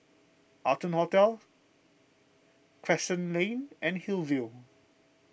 Arton Hotel Crescent Lane and Hillview